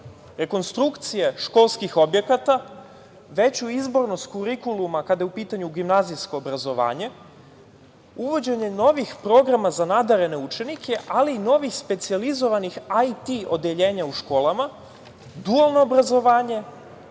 rekonstrukcije školskih objekata, veću izbornost kurikuluma kada je u pitanju gimnazijsko obrazovanje, uvođenje novih programa za nadarene učenike, ali i novih specijalizovanih IT odeljenja u školama, dualno obrazovanje,